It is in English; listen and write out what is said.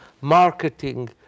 marketing